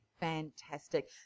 fantastic